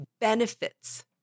benefits